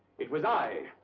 it was i!